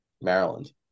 Maryland